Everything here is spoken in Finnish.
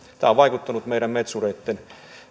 tämä on vaikuttanut meidän metsureittemme